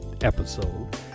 episode